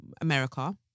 America